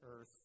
earth